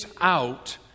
out